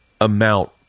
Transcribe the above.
amount